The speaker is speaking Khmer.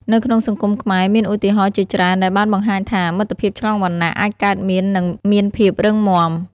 នៅក្នុងសង្គមខ្មែរមានឧទាហរណ៍ជាច្រើនដែលបានបង្ហាញថា មិត្តភាពឆ្លងវណ្ណៈអាចកើតមាននិងមានភាពរឹងមាំ។